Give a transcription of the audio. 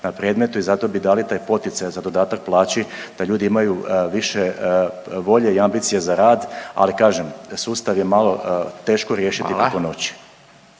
na predmetu i zato bi dali taj poticaj za dodatak plaći da ljudi imaju više volje i ambicije za rad. Ali kažem, sustav je malo teško riješiti preko noći.